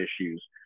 issues